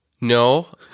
No